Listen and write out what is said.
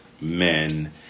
men